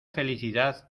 felicidad